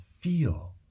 feel